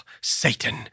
Satan